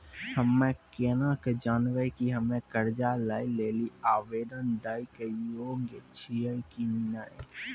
हम्मे केना के जानबै कि हम्मे कर्जा लै लेली आवेदन दै के योग्य छियै कि नै?